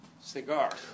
cigar